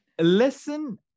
Listen